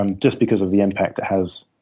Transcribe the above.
um just because of the impact it has